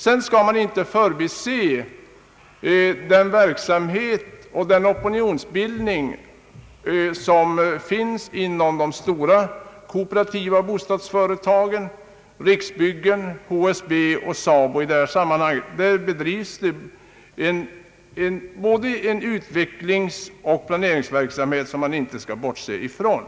Vi bör heller inte förbise den verksamhet och den opinionsbildning som äger rum på detta område inom de stora kooperativa bostadsföretagen, nämligen Riksbyggen, HSB och SABO. Där bedrivs det både en utvecklingsoch en planeringsverksamhet som vi inte bör bortse från.